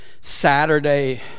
Saturday